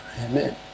Amen